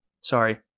Sorry